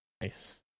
Nice